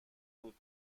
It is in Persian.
بود